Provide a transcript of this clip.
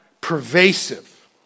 pervasive